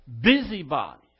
busybodies